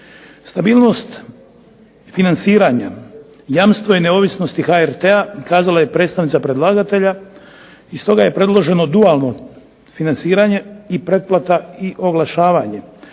Stabilnost i financiranje jamstvo je neovisnosti HRT-a kazala predstavnica predlagatelja i stoga je predloženo dualno financiranje i pretplata i oglašavanje.